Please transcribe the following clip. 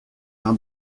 d’un